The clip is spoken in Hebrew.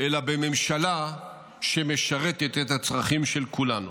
אלא כממשלה שמשרתת את הצרכים של כולנו.